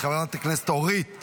נעבור לנושא הבא על סדר-היום